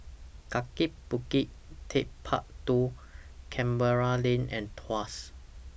Kaki Bukit Techpark two Canberra Lane and Tuas